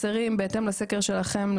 חסרים בהתאם לסקר שלכם,